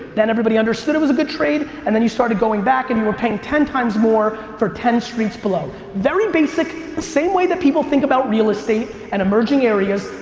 then everybody understood it was a good trade, and then you started going back and you were paying ten times more for ten streets below. very basic, same way that people think about real estate, and emerging areas.